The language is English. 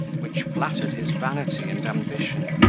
which flattered his vanity and ambition,